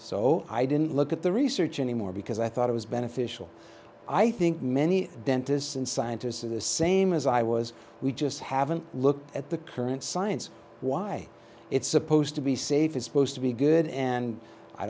so i didn't look at the research anymore because i thought it was beneficial i think many dentists and scientists are the same as i was we just haven't looked at the current science why it's supposed to be safe it's supposed to be good and i